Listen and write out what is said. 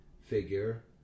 figure